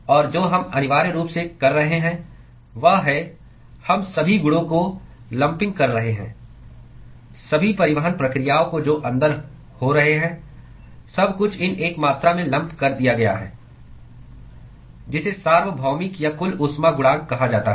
और जो हम अनिवार्य रूप से कर रहे हैं वह है हम सभी गुणों को लंपिंग कर रहे हैं सभी परिवहन प्रक्रियाओं को जो अंदर हो रहे हैं सब कुछ इन एक मात्रा में लंप कर दिया गया है जिसे सार्वभौमिक या कुल ऊष्मा गुणांक कहा जाता है